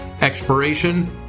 expiration